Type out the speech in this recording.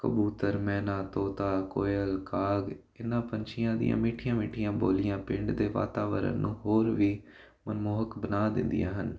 ਕਬੂਤਰ ਮੈਨਾ ਤੋਤਾ ਕੋਇਲ ਕਾਗ ਇਹਨਾਂ ਪੰਛੀਆਂ ਦੀਆਂ ਮਿੱਠੀਆਂ ਮਿੱਠੀਆਂ ਬੋਲੀਆਂ ਪਿੰਡ ਦੇ ਵਾਤਾਵਰਨ ਨੂੰ ਹੋਰ ਵੀ ਮਨਮੋਹਕ ਬਣਾ ਦਿੰਦੀਆਂ ਹਨ